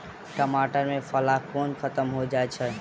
टमाटर मे पाला कोना खत्म होइ छै?